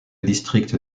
district